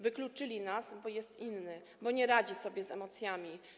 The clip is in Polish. Wykluczyli nas, bo on jest inny, nie radzi sobie z emocjami.